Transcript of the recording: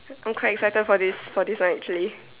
I'm quite excited for this for this one actually